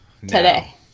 today